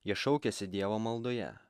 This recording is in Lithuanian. jie šaukiasi dievo maldoje